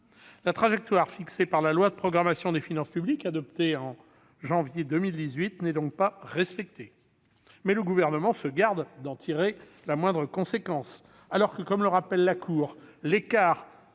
La trajectoire fixée par la loi de programmation des finances publiques adoptée en janvier 2018 n'est donc pas respectée, mais le Gouvernement se garde d'en tirer les conséquences. Alors que, comme le rappelle la Cour, l'écart